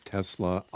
Tesla